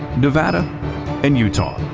nevada and utah.